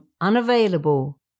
unavailable